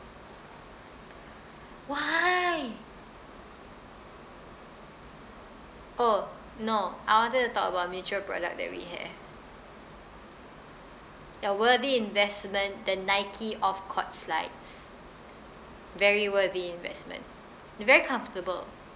why oh no I wanted to talk about a mutual product that we have ya worthy investment the Nike offcourt slides very worthy investment very comfortable